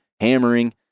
hammering